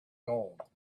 gold